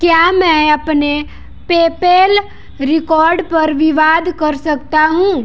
क्या मैं अपने पेपेल रिकॉर्ड पर विवाद कर सकता हूँ